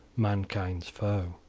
mankind's foe.